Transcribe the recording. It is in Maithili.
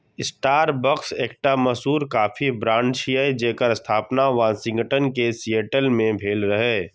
स्टारबक्स एकटा मशहूर कॉफी ब्रांड छियै, जेकर स्थापना वाशिंगटन के सिएटल मे भेल रहै